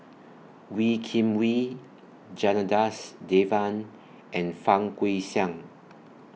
Wee Kim Wee Janadas Devan and Fang Guixiang